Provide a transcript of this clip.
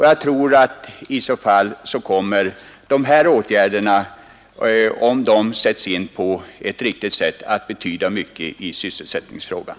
Jag tror att dessa åtgärder, om de sätts in på ett riktigt sätt, kommer att betyda mycket i sysselsättningsfrågan.